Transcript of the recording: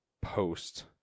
post